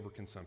overconsumption